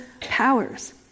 powers